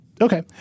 Okay